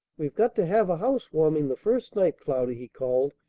we've got to have a housewarming the first night, cloudy, he called.